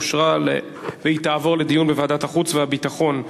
אושרה והיא תעבור לדיון בוועדת החוץ והביטחון.